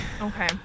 Okay